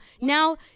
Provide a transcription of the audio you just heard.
now